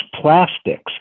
plastics